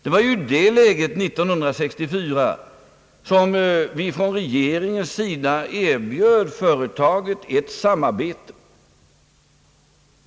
Det var i det läget 1964 som regeringen erbjöd företaget ett samarbete.